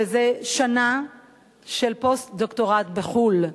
וזה שנה של פוסט-דוקטורט בחו"ל.